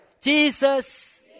Jesus